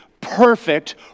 perfect